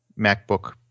MacBook